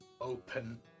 open